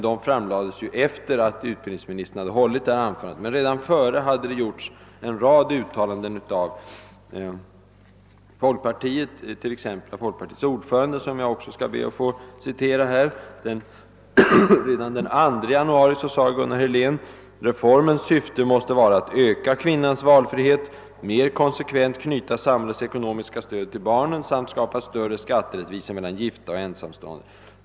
De framlades efter det att utbildningsministern hade hållit detta anförande, men redan tidigare hade det gjorts en rad uttalanden från folkpartihåll, t.ex. av partiets ordförande, som jag också ber att få citera. Redan den 2 januari sade Gunnar Helén: »Reformens syfte måste vara att öka kvinnans valfrihet, mer konsekvent knyta samhällets ekonomiska stöd till barnen samt skapa större skatterättvisa mellan gifta och ensamstående.